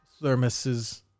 thermoses